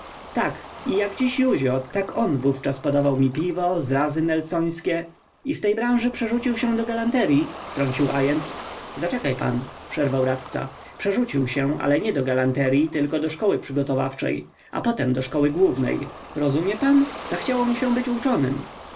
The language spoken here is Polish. tak i jak dziś józio tak on wówczas podawał mi piwo zrazy nelsońskie i z tej branży przerzucił się do galanteryi wtrącił ajent zaczekaj pan przerwał radca przerzucił się ale nie do galanteryi tylko do szkoły przygotowawczej a potem do szkoły głównej rozumie pan zachciało mu się być uczonym